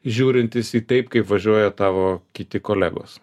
žiūrintis į taip kaip važiuoja tavo kiti kolegos